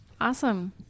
Awesome